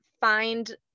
find